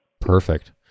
Perfect